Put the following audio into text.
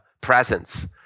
presence